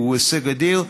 הוא הישג אדיר.